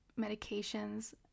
medications